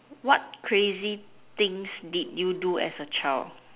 what crazy things did you do as a child